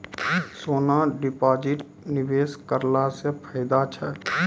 सोना deposit निवेश करला से फैदा छै?